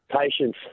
Patience